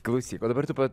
klausyk o dabar tu pa